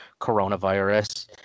coronavirus